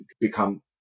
become